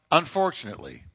unfortunately